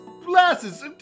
Glasses